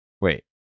Wait